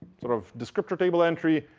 sort of descriptor table entry,